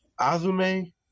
azume